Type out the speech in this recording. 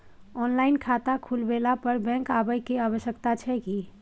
Online खाता खुलवैला पर बैंक आबै के आवश्यकता छै की?